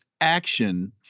action